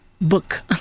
Book